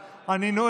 אותם.